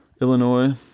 Illinois